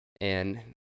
and-